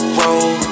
roll